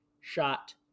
shot